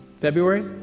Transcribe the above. February